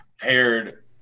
paired